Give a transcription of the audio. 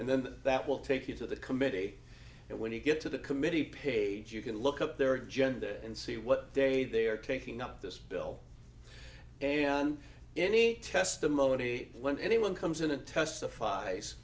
and then that will take you to the committee and when you get to the committee page you can look up their agenda and see what day they are taking up this bill and any testimony when anyone comes in and testifies